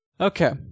Okay